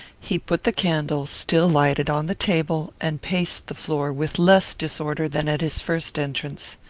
he put the candle, still lighted, on the table, and paced the floor with less disorder than at his first entrance.